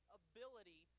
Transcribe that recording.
ability